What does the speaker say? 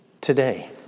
Today